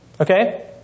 okay